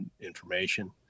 information